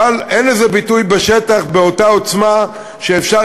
אבל אין לזה ביטוי בשטח באותה עוצמה שאפשר